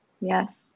Yes